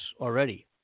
already